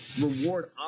reward